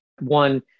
One